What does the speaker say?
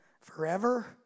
forever